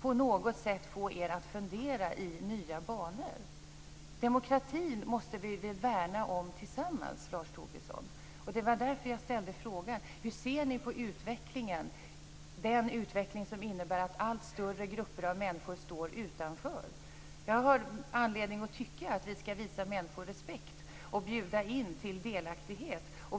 på något sätt få er att fundera i nya banor. Demokratin måste vi värna om tillsammans, Lars Tobisson. Det var därför jag ställde frågan: Hur ser ni på utvecklingen, den utveckling som innebär att allt större grupper av människor står utanför? Jag har anledning att tycka att vi skall visa människor respekt och bjuda in till delaktighet.